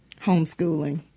homeschooling